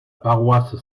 paroisse